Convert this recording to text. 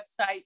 website